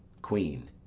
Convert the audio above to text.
queen.